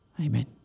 Amen